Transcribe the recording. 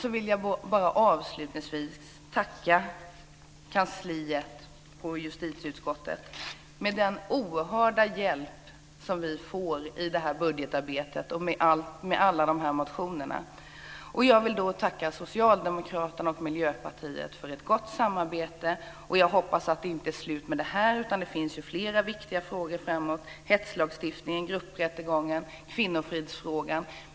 Avslutningsvis vill jag tacka kansliet på justitieutskottet för den oerhörda hjälp som vi har fått i budgetarbetet och med alla motionerna. Jag vill tacka Socialdemokraterna och Miljöpartiet för ett gott samarbete. Jag hoppas att det inte är slut med det här. Det finns ju flera viktiga frågor framöver: hetslagstiftningen, grupprättegången och kvinnofridsfrågan.